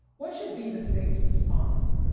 what should be the state's response?